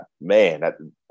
man